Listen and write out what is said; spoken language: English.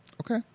Okay